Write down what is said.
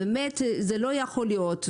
זה לא יכול להיות,